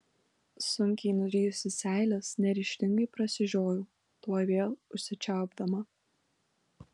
sunkiai nurijusi seiles neryžtingai prasižiojau tuoj vėl užsičiaupdama